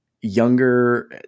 Younger